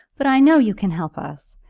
but i know you can help us.